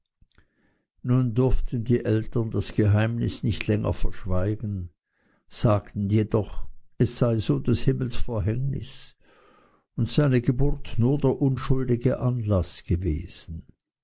nun durften die eltern das geheimnis nicht länger verschweigen sagten jedoch es sei so des himmels verhängnis und seine geburt nur der unschuldige anlaß gewesen